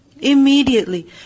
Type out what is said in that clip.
Immediately